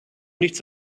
nichts